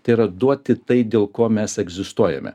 tėra duoti tai dėl ko mes egzistuojame